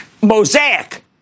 Mosaic